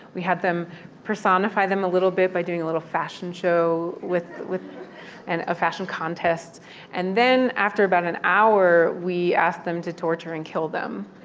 we had them personify them a little bit by doing a little fashion show with with and a fashion contest and then after about an hour, we asked them to torture and kill them.